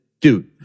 dude